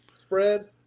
spread